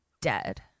Dead